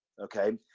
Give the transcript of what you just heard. Okay